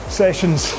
sessions